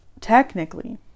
technically